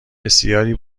بسیاری